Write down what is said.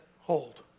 hold